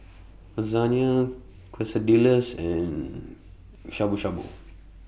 Lasagne Quesadillas and Shabu Shabu